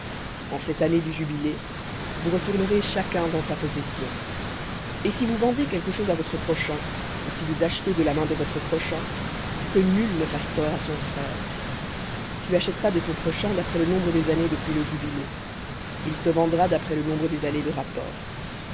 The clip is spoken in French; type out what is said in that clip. en cette année du jubilé vous retournerez chacun dans sa possession et si vous vendez quelque chose à votre prochain ou si vous achetez de la main de votre prochain que nul ne fasse tort à son frère tu achèteras de ton prochain d'après le nombre des années depuis le jubilé il te vendra d'après le nombre des années de rapport